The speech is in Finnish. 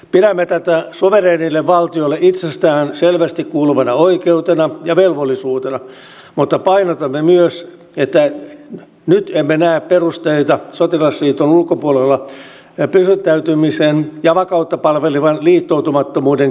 pidämme tätä suvereenille valtiolle itsestäänselvästi kuuluvana oikeutena ja velvollisuutena mutta painotamme myös että nyt emme näe perusteita sotilasliiton ulkopuolella pysyttäytymisen ja vakautta palvelevan liittoutumattomuuden kyseenalaistamiseen